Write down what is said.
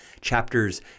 chapters